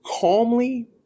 calmly